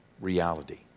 reality